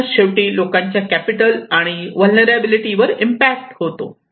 म्हणूनच शेवटी लोकांच्या कॅपिटल आणि व्हलनेरलॅबीलीटी वर इम्पॅक्ट होतो